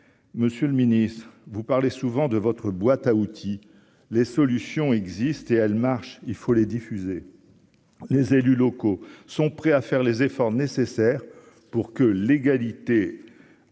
Monsieur le Ministre, vous parlez souvent de votre boîte à outils, les solutions existent et elle marche, il faut les diffuser les élus locaux sont prêts à faire les efforts nécessaires pour que l'égalité